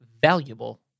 valuable